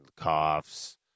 coughs